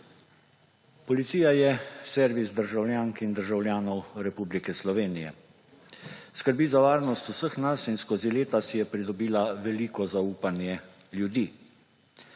Policija je servis državljank in državljanov Republike Slovenije, skrbi za varnost vseh nas in skozi leta si je pridobila veliko zaupanje ljudi.